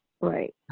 Right